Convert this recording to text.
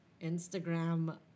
Instagram